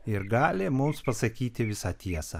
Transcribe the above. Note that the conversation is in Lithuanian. ir gali mums pasakyti visą tiesą